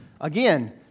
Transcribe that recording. Again